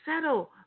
settle